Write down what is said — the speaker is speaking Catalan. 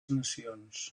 nacions